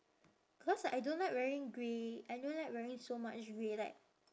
cause I don't like wearing grey I don't like wearing so much grey like